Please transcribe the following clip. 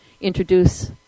introduce